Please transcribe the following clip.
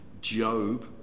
job